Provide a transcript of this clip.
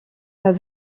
pas